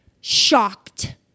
shocked